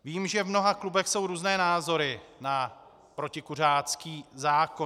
Vím, že v mnoha klubech jsou různé názory na protikuřácký zákon.